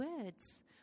words